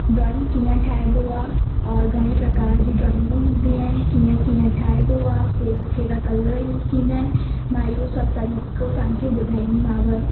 drawing कीअं ठाहिबो आहे और घणे प्रकार जी ड्रॉइंगूं हूंदियूं आहिनि कीअं कीअं ठाहिबो आहे कहिड़ा कहिड़ा कलर यूस थींदा आहिनि मां इहो सभु तरीक़ो तव्हांखे ॿुधाईंदीमांव